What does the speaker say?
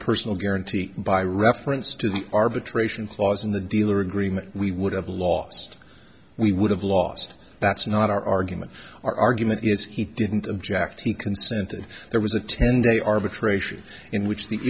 personal guarantee by reference to the arbitration clause in the deal or agreement we would have lost we would have lost that's not our argument our argument is he didn't object he consented there was a ten day arbitration in which the